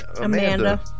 Amanda